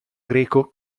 greco